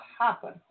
happen